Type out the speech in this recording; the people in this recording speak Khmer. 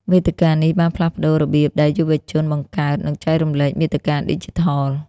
វេទិកានេះបានផ្លាស់ប្ដូររបៀបដែលយុវជនបង្កើត និងចែករំលែកមាតិកាឌីជីថល។